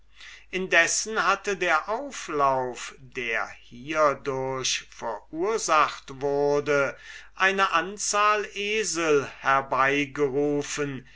indessen hatte der auflauf der hierdurch verursacht wurde eine anzahl von eseln herbei